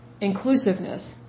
inclusiveness